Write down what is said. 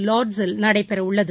லார்ட்சில் நடைபெற உள்ளது